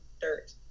dirt